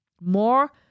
more